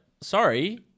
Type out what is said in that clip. sorry